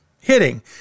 hitting